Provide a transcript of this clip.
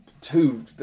Two